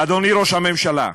אדוני ראש הממשלה,